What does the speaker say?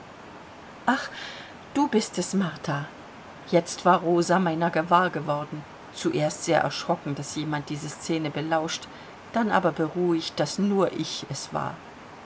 ach du bist es martha jetzt war rosa meiner gewahr geworden zuerst sehr erschrocken daß jemand diese scene belauscht dann aber beruhigt daß nur ich es war